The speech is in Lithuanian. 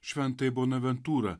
šventąjį bonaventūrą